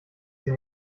sie